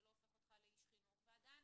זה לא הופך אותך לאיש חינוך ועדיין